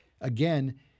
again